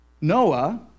Noah